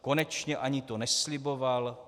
Konečně, ani to nesliboval.